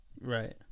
Right